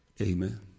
Amen